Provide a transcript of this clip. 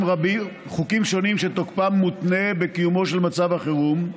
שונים שתוקפם מותנה בקיומו של מצב החירום,